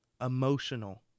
emotional